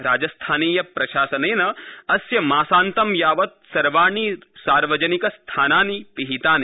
राजस्थानीय प्रशासनेन अस्य मासान्तं यावत् सर्वाणि सार्वजनिकस्थनानि पिहितानि